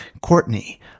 Courtney